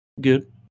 good